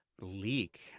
leak